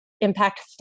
Impact